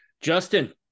Justin